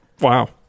Wow